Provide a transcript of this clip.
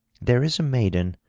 there is a maiden,